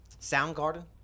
Soundgarden